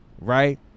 Right